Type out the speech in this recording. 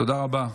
תודה רבה.